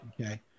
okay